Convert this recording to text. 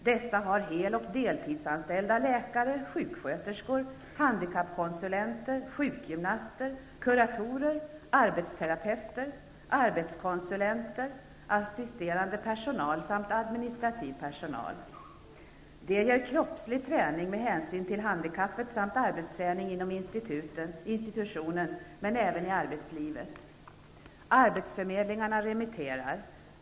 Det finns hel och deltidsanställda läkare, sjuksköterskor, handikappkonsulenter, sjukgymnaster, kuratorer, arbetsterapeuter, arbetskonsulenter, assisterande personal samt administrativ personal. De ger kroppslig träning med hänsyn till handikappet samt arbetsträning inom institutionen, men även i arbetslivet. Arbetsförmedlingarna remitterar.